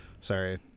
Sorry